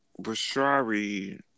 Bashari